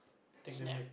take the meat